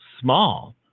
small